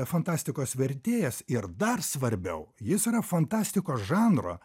fantastikos vertėjas ir dar svarbiau jis yra fantastikos žanro